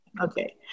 Okay